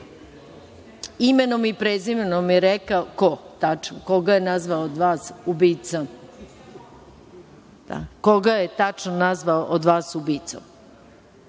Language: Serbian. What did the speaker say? Imenom i prezimenom je rekao ko. Tačno koga je nazvao od vas ubicom. Koga je tačno nazvao od vas ubicom?